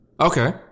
Okay